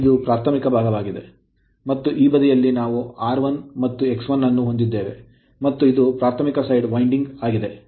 ಮತ್ತು ಇದು ಪ್ರಾಥಮಿಕ ಭಾಗವಾಗಿದೆ ಮತ್ತು ಈ ಬದಿಯಲ್ಲಿ ನಾವು R1 ಮತ್ತು X 1 ಅನ್ನು ಹೊಂದಿದ್ದೇವೆ ಮತ್ತು ಇದು ಪ್ರಾಥಮಿಕ ಸೈಡ್ ವೈಂಡಿಂಗ್ ಆಗಿದೆ